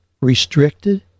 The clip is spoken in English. restricted